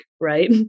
right